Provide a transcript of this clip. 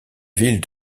ville